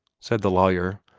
said the lawyer,